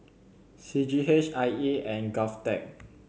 C G H I E and GovTech